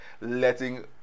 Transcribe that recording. letting